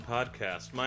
Podcast